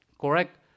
correct